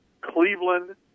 Cleveland